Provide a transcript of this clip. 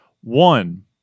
One